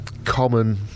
common